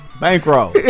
Bankroll